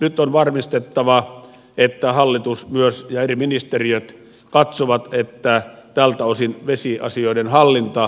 nyt on varmistettava että myös hallitus ja eri ministeriöt katsovat että tältä osin todella tässä myöskin on vesiasioiden hallinta